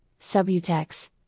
Subutex